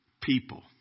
people